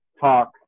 talk